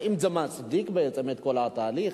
האם זה מצדיק בעצם את כל התהליך?